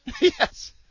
Yes